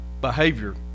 behavior